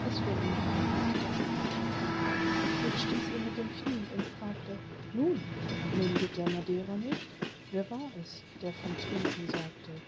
als wär ihm fremd der sprachen klang früd stieß ihn mit dem knie und fragte nun mundet der madeira nicht wer war es der von trinken sagte